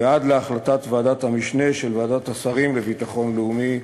ועד להחלטת ועדת המשנה של ועדת השרים לביטחון לאומי,